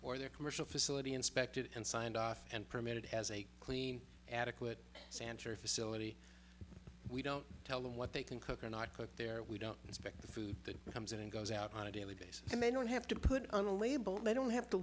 or their commercial facility inspected and signed off and permitted has a clean adequate santer facility we don't tell them what they can cook or not cook their we don't inspect the food that comes in and goes out on a daily basis and they don't have to put on a label they don't have to